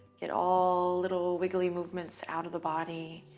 get all little wiggly movements out of the body,